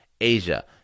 Asia